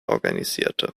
organisierte